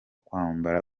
kwambara